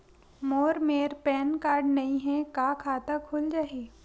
मोर मेर PAN number नई हे का खाता खुल जाही?